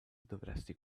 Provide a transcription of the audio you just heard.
dovresti